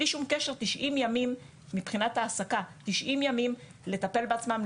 בלי שום קשר מבחינת ההעסקה 90 ימים לטפל בעצמן,